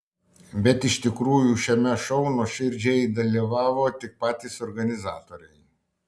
bet iš tikrųjų šiame šou nuoširdžiai dalyvavo tik patys organizatoriai